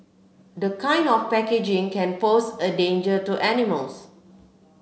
this kind of packaging can pose a danger to animals